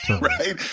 right